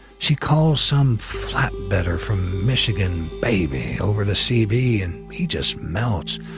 she calls some flatbedder from michigan baby over the cb, and he just melts,